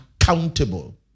accountable